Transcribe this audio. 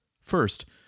First